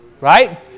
Right